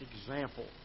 example